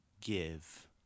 give